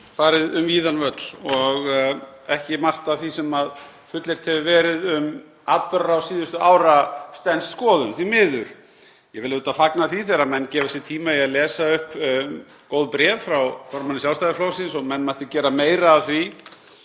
farið um víðan völl og margt af því sem fullyrt hefur verið um atburðarás síðustu ára stenst ekki skoðun, því miður. Ég vil auðvitað fagna því þegar menn gefa sér tíma í að lesa upp góð bréf frá formanni Sjálfstæðisflokksins og menn mættu gera meira af því.